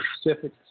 specific